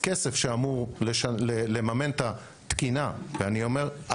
הכסף שאמור לממן את התקינה ותקינה